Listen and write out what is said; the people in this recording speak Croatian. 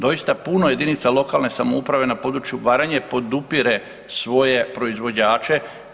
Doista puno jedinica lokalne samouprave na području Baranje podupire svoje proizvođače.